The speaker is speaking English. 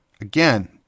Again